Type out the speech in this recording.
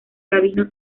rabino